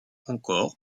encore